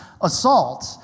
assault